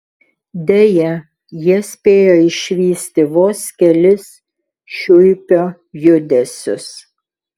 deja jie spėjo išvysti vos kelis šiuipio judesius